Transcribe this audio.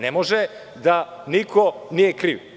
Ne može da niko nije kriv.